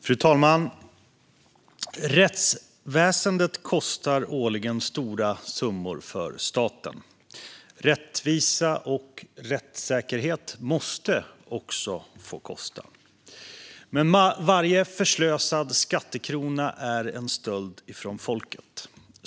Fru talman! Rättsväsendet kostar årligen stora summor för staten. Rättvisa och rättssäkerhet måste också få kosta. Men varje förslösad skattekrona är en stöld från folket.